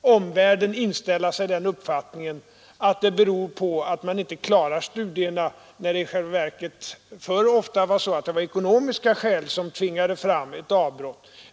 omvärlden inställa sig den uppfattningen att det beror på att man inte klarar studierna när det i själva verket förr ofta var ekonomiska skäl som tvingade fram ett avbrott.